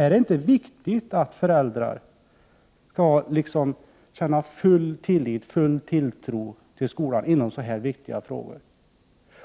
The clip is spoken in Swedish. Är det inte viktigt att föräldrar skall kunna känna full tilltro till skolan i så här viktiga frågor?